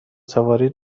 سواری